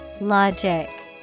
Logic